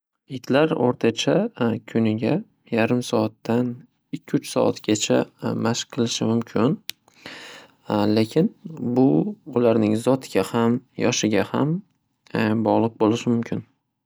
Itlar o‘rtacha kuniga yarim soatdan ikki uch soatgacha mashq qilishi mumkin. Lekin bu ularning zotiga ham yoshiga ham bog‘liq bo‘lishi mumkin.